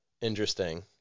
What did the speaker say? interesting